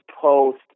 post